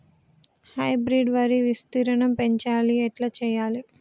Hybrid వరి విస్తీర్ణం పెంచాలి ఎట్ల చెయ్యాలి?